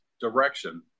direction